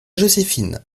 joséphine